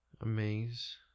Amaze